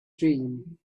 dream